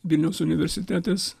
vilniaus universitetas